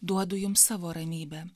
duodu jums savo ramybę